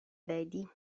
lady